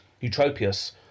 Eutropius